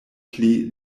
pli